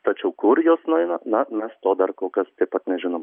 tačiau kur jos nueina na mes to dar kol kas taip pat nežinom